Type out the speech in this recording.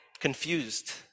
confused